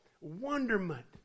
wonderment